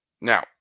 Now